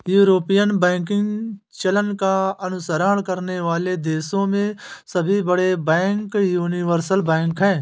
European banking चलन का अनुसरण करने वाले देशों में सभी बड़े बैंक यूनिवर्सल बैंक हैं